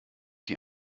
die